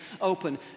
open